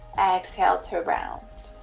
exhale to round